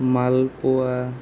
মালপোৱা